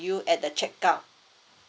at the check out